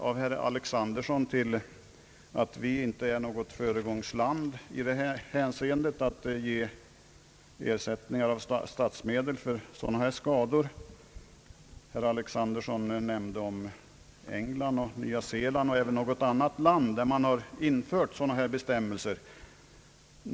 Herr Alexanderson anförde vidare att Sverige inte är något föregångsland när det gäller att ge ersättning av statsmedel för sådana här skador — herr Alexanderson nämnde som exempel England och Nya Zeeland och något annat land, där det har införts bestämmelser om sådan ersättning.